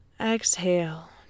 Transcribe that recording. Exhale